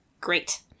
Great